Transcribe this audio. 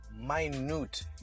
minute